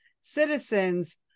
citizens